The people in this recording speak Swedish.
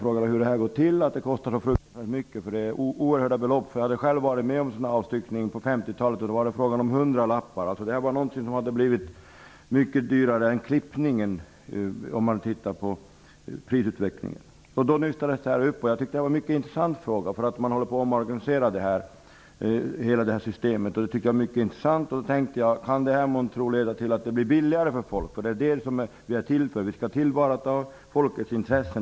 Jag frågade hur det kan komma sig att det kostar så fruktansvärt mycket -- det rör sig ju om oerhört stora belopp. Själv var jag med om en avstyckning på 50-talet, och då var det fråga om hundralappar. Sett till prisutvecklingen har priserna på lantmäteriområdet stigit kraftigare t.o.m. jämfört med klippning hos frisör. Det hela nystades alltså upp. Det här tyckte jag var en mycket intressant fråga. Man håller på med en omorganisation av hela systemet. Jag undrade för mig själv: Kan det här månntro leda till att det blir billigare för folk? Vi är ju till för att tillvarata folkets intressen.